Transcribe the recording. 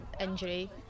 injury